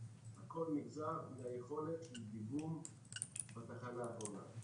הכול נגזר מהיכולת של דיגום בתחנה האחרונה.